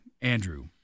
Andrew